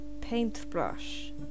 paintbrush